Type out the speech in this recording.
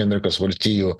amerikos valstijų